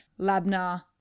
labna